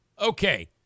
Okay